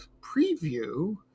preview